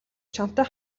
чамтай